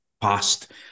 past